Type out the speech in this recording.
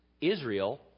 Israel